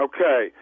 Okay